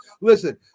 Listen